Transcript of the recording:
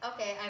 okay